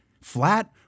Flat